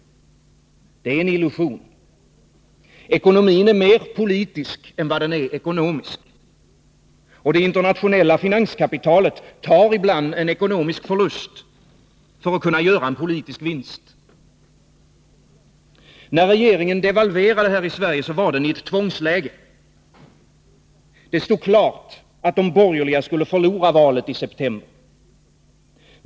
Det är en illusion. Ekonomin är mer politisk än ekonomisk. Det internationella finanskapitalet tar ibland en ekonomisk förlust för att kunna göra en politisk vinst. När regeringen här i Sverige devalverade, var den i ett tvångsläge. Det stod klart att de borgerliga skulle förlora valet i september.